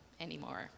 anymore